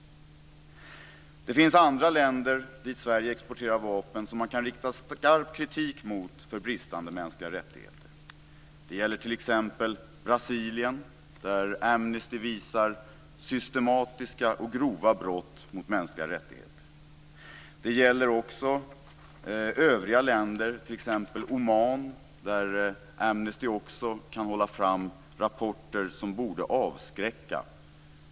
Det finns andra länder dit Sverige exporterar vapen som man kan rikta skarp kritik mot för bristande mänskliga rättigheter. Det gäller t.ex. Brasilien, där Amnesty visar systematiska och grova brott mot mänskliga rättigheter. Det gäller också övriga länder, t.ex. Oman, där Amnesty också kan hålla fram rapporter som borde avskräcka.